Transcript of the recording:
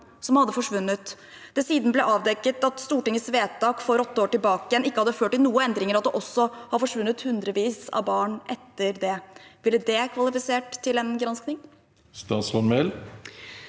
som hadde forsvunnet, og det siden ble avdekket at Stortingets vedtak for åtte år tilbake ikke hadde ført til noen endringer, at det også hadde forsvunnet hundrevis av barn etter det? Ville det kvalifisert til en gransking? Statsråd